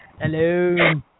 Hello